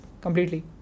completely